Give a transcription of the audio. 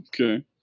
Okay